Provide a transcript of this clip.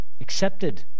accepted